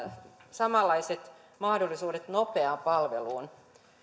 samanlaiset mahdollisuudet nopeaan palveluun